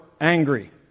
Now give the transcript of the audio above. angry